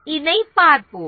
இதைப் பார்ப்போம்